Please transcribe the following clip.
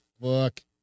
Look